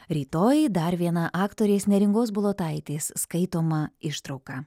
rytojui dar viena aktorės neringos bulotaitės skaitoma ištrauka